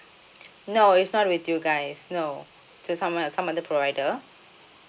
no is not with you guys no just someone some other provider